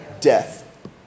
death